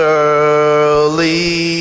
early